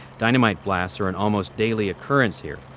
dynamite blasts are an almost daily occurrence here.